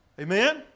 Amen